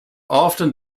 often